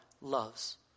loves